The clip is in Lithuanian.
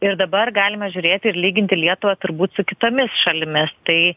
ir dabar galime žiūrėti ir lyginti lietuvą turbūt su kitomis šalimis tai